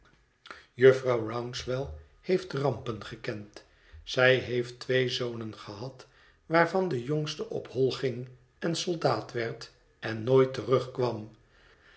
jufvrouw rouncewell heeft rampen gekend zij heeft twee zonen gehad waarvan de jongste op hol ging en soldaat werd en nooit terug